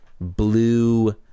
blue